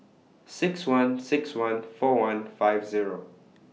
six one six one four one five Zero